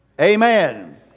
amen